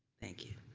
thank you.